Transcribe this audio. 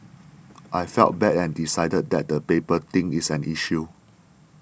I felt bad and decided that the paper thing is an issue